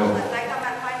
לא, ההחלטה היתה מ-2009.